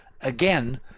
again